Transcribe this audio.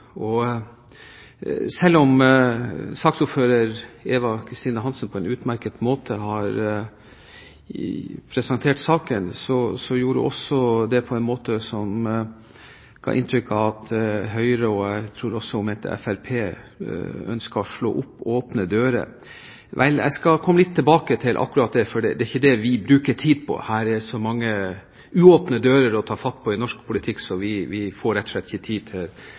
bistand. Selv om saksordfører Eva Kristin Hansen på en utmerket måte har presentert saken, gjorde hun det på en måte som ga inntrykk av at Høyre – og jeg tror også hun mente Fremskrittspartiet – ønsker å «slå inn åpne dører». Jeg skal komme litt tilbake til akkurat det, for det er ikke det vi bruker tid på. Det er så mange uåpnede dører å ta fatt på i norsk politikk at vi rett og slett ikke får tid til